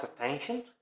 attention